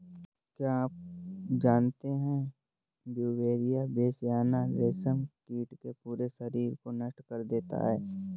क्या आप जानते है ब्यूवेरिया बेसियाना, रेशम कीट के पूरे शरीर को नष्ट कर देता है